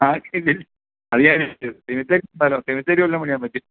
ആ ഇല്ലില്ല അത് ഞാൻ ഏറ്റു സെ സെമിത്തേരി സെമിത്തേരി വല്ലതും പണിയാൻ പറ്റും